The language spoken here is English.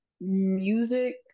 Music